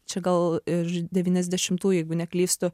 čia gal iš devyniasdešimtųjų jeigu neklystu